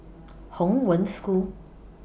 Hong Wen School